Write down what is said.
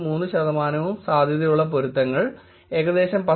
3 ശതമാനവും സാധ്യതയുള്ള പൊരുത്തങ്ങൾ ഏകദേശം 10